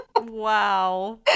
Wow